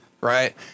right